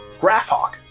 Graphhawk